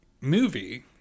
movie